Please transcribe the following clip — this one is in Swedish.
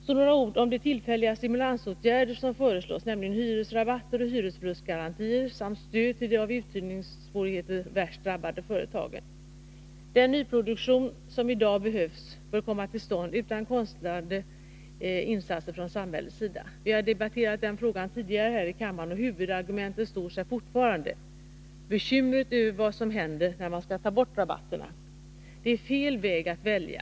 Så några ord om de tillfälliga stimulansåtgärder som föreslås, nämligen hyresrabatter och hyresförlustgarantier samt stöd till de av uthyrningssvårigheter värst drabbade företagen. Den nyproduktion som i dag behövs bör komma till stånd utan konstlade insatser från samhällets sida. Vi har debatterat den frågan tidigare här i kammaren, och huvudargumentet står sig fortfarande: bekymret över vad som händer när man skall ta bort rabatterna. Det är fel väg att välja.